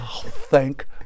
thank